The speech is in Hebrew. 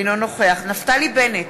אינו נוכח נפתלי בנט,